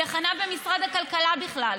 זה חנה במשרד הכלכלה בכלל.